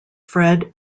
fred